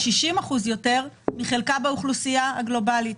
מחלקה באוכלוסייה הגלובלית.